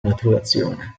maturazione